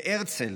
להרצל,